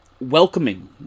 welcoming